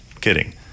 Kidding